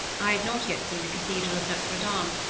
i had not yet seen the cathedral of notre dame,